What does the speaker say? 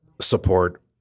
support